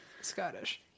Scottish